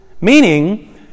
Meaning